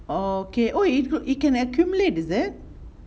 okay oh it could it can accumulate is it